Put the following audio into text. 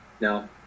No